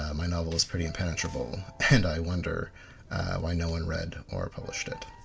my novel is pretty impenetrable and i wonder why no one read or published it.